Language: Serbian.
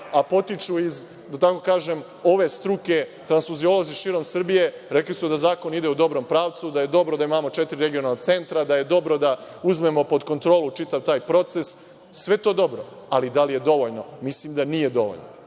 a potiču iz, da tako kažem, ove struke – transfuziolozi širom Srbije, rekli su da zakon ide u dobrom pravcu, da je dobro da imamo četiri regionalna centra, da je dobro da uzmemo pod kontrolu čitav taj proces. Sve je to dobro, ali da li je dovoljno? Mislim da nije dovoljno.